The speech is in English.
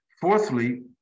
Fourthly